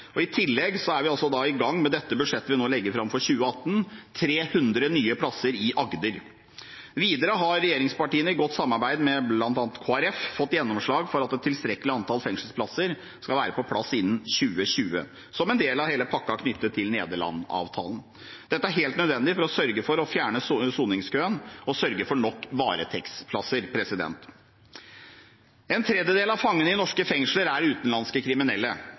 i tillegg er vi, med dette budsjettet vi nå legger fram for 2018, i gang med 300 nye plasser i Agder. Videre har regjeringspartiene, i godt samarbeid med bl.a. Kristelig Folkeparti, fått gjennomslag for at et tilstrekkelig antall fengselsplasser skal være på plass innen 2020, som en del av hele pakken knyttet til Nederland-avtalen. Dette er helt nødvendig for å sørge for å fjerne soningskøen og sørge for nok varetektsplasser. En tredjedel av fangene i norske fengsler er utenlandske kriminelle,